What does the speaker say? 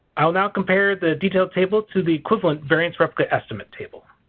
i will now compare the detailed table to the equivalent variance replicate estimates table.